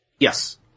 Yes